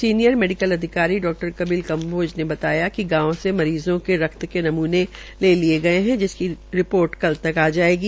senior medical अधिकारी डा कपिल कम्बोज ने बताया कि गांव में मरीज़ो के रक्त नमूने लिये गये है जिसकी रिपार्ट कल तक जायेगी